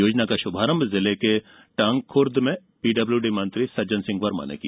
योजना का शुभारंभ जिले के टांगखुर्द में पीडब्ल्यूडी मंत्री सज्जन सिंह वर्मा ने किया